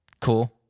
Cool